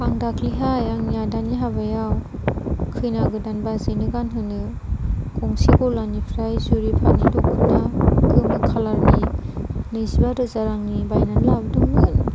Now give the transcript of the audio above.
आं दाखालिहाय आंनि आदानि हाबायाव खैना गोदान बाजैनो गानहोनो गंसे गलानिफ्राय जुरि पातनि दख'ना गोमो खालारनि नैजिबा रोजा रांनि बायनानै लाबोदोंमोन